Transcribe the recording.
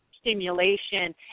stimulation